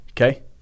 okay